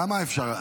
כמה אפשר?